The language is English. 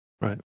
Right